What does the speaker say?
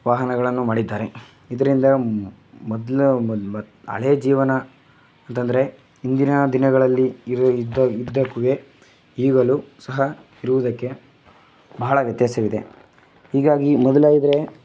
ವಾಹನಗಳನ್ನು ಮಾಡಿದ್ದಾರೆ ಇದರಿಂದ ಮೊದಲು ಮೊ ಮೊ ಹಳೆ ಜೀವನ ಅಂತ ಅಂದ್ರೆ ಹಿಂದಿನ ದಿನಗಳಲ್ಲಿ ಇರು ಇದ್ದಕುವೆ ಈಗಲೂ ಸಹ ಇರುವುದಕ್ಕೆ ಬಹಳ ವ್ಯತ್ಯಾಸವಿದೆ ಈಗಾಗಿ ಮೊದಲಾದ್ರೆ